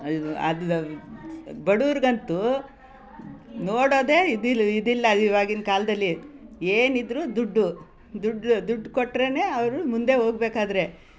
ಬಡವ್ರಿಗಂತೂ ನೋಡೋದೆ ಇದಿಲ್ಲ ಇದಿಲ್ಲ ಇವಾಗಿನ ಕಾಲದಲ್ಲಿ ಏನಿದ್ದರೂ ದುಡ್ಡು ದುಡ್ಡು ದುಡ್ಡು ಕೊಟ್ಟರೇನೇ ಅವರು ಮುಂದೆ ಹೋಗ್ಬೇಕಾದ್ರೆ